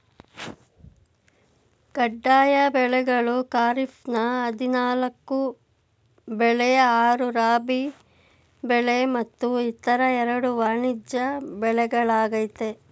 ಕಡ್ಡಾಯ ಬೆಳೆಗಳು ಖಾರಿಫ್ನ ಹದಿನಾಲ್ಕು ಬೆಳೆ ಆರು ರಾಬಿ ಬೆಳೆ ಮತ್ತು ಇತರ ಎರಡು ವಾಣಿಜ್ಯ ಬೆಳೆಗಳಾಗಯ್ತೆ